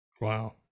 Wow